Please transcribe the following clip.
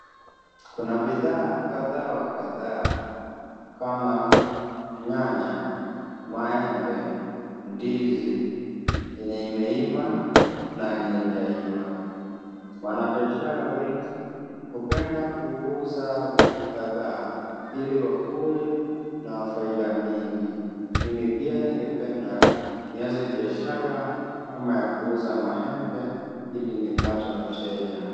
Kuna bidhaa kadhaa wa kadhaa kama: nyanya, maembe, ndizi yenye imeiva na yenye haijaiva. Wanabiashara wengi hupenda kuuza vitu kadhaa ili wawe na faida nyingi. Mimi pia ningependa nianze biashara kama ya kuuza maembe ili nipate wateja.